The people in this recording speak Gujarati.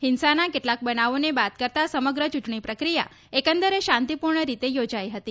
હિંસાના કેટલાક બનાવોને બાદ કરતા સમગ્ર ચૂંટણી પ્રક્રિયા એકંદરે શાંતિપૂર્ણ રીતે યોજાઈ હતી